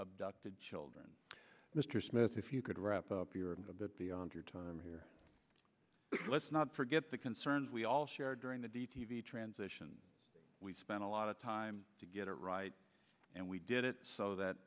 abducted children mr smith if you could wrap up your a bit beyond your time here let's not forget the concerns we all share during the d t v transition we spent a lot of time to get it right and we did it so that